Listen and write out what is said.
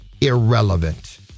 irrelevant